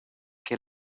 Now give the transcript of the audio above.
que